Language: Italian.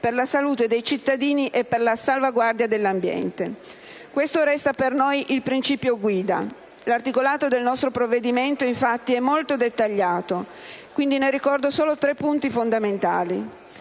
per la salute dei cittadini e per la salvaguardia dell'ambiente. Questo resta per noi il principio guida. L'articolato del nostro provvedimento è molto dettagliato, per cui ricordo solo tre punti fondamentali.